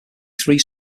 three